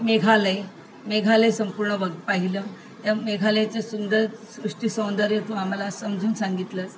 मेघालय मेघालय संपूर्ण बघ पाहिलं त्या मेघालयचं सुंदर सृष्टीसौंदर्य तू आम्हाला समजून सांगितलंस